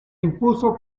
impuso